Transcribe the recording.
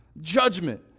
Judgment